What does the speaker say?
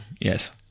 yes